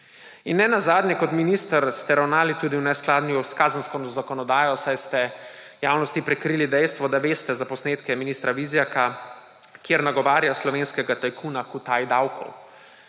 In nenazadnje, kot minister ste ravnali tudi v neskladju s kazensko zakonodajo, saj ste javnosti prikrili dejstvo, da veste za posnetke ministra Vizjaka, kjer nagovarja slovenskega tajkuna k utaji davkov.